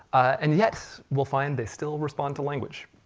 and yet, we'll find they still respond to language.